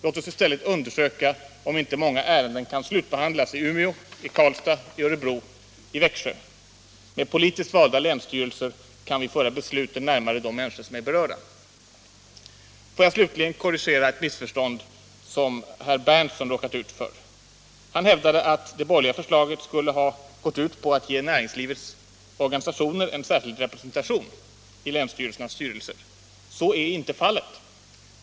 Låt oss i stället undersöka om inte många ärenden kan slutbehandlas i Umeå, i Karlstad, i Örebro och i Växjö. Med politiskt valda länsstyrelser kan vi föra besluten närmare de människor som är berörda. Får jag slutligen korrigera ett missförstånd som herr Berndtson tycks ha råkat ut för. Han hävdade att det borgerliga förslaget skulle ha gått ut på att ge näringslivets organisationer en särskild representation i länsstyrelsernas styrelser. Så är inte fallet.